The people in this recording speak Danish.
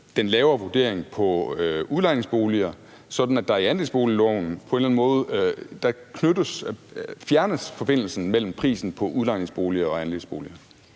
den lavere vurdering på udlejningsboliger, sådan at forbindelsen mellem prisen på udlejningsboliger og andelsboliger